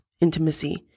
intimacy